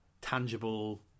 tangible